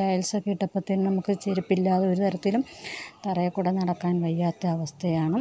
ടൈൽസൊക്കെ ഇട്ടപ്പോഴത്തേക്കും നമുക്ക് ചെരുപ്പില്ലാതെ ഒരു തരത്തിലും തറയിൽ കൂടെ നടക്കാൻ വയ്യാത്ത അവസ്ഥയാണ്